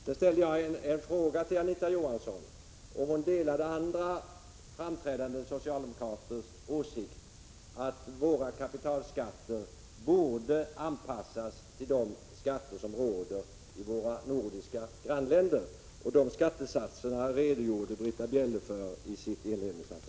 Jag ställde en fråga till Anita Johansson, om hon delade andra framträdande socialdemokraters åsikt att våra kapitalskatter borde anpassas till de skatter som råder i våra nordiska grannländer. Dessa skattesatser redogjorde Britta Bjelle för i sitt anförande.